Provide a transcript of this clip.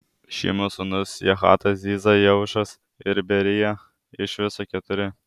šimio sūnūs jahatas ziza jeušas ir berija iš viso keturi